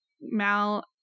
Mal